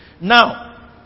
Now